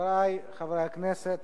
חברי הכנסת